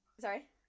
Sorry